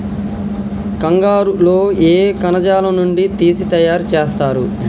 కంగారు లో ఏ కణజాలం నుండి తీసి తయారు చేస్తారు?